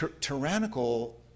tyrannical